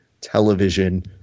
television